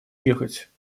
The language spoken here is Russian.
ехать